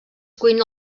cuina